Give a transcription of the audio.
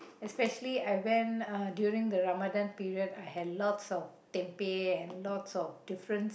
especially I went uh during the Ramadan period I had lots of tempeh and lots of different